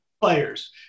players